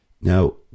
now